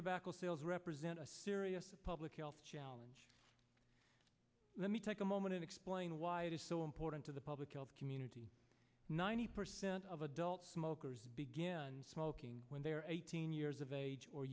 tobacco sales represent a serious public health challenge let me take a moment and explain why it is so important to the public health community ninety percent of adult smokers begin smoking when they are eighteen years of age or